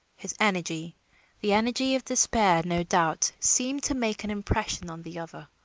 his energy the energy of despair, no doubt seemed to make an impression on the other.